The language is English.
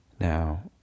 Now